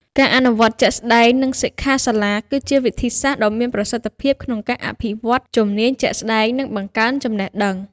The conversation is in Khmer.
ការអនុវត្តជាក់ស្តែង និងសិក្ខាសាលា គឺជាវិធីសាស្ត្រដ៏មានប្រសិទ្ធភាពក្នុងការអភិវឌ្ឍជំនាញជាក់ស្តែង និងបង្កើនចំណេះដឹង។